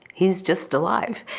he's just alive.